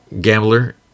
Gambler